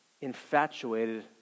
infatuated